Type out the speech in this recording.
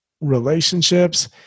relationships